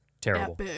Terrible